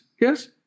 Yes